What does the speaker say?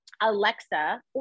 Alexa